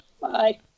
Bye